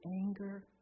anger